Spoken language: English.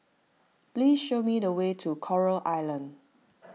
please show me the way to Coral Island